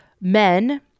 men